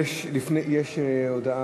יישר כוח.